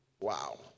Wow